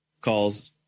calls